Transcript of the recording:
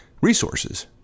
resources